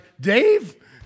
Dave